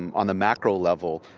on the macro level,